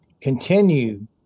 continue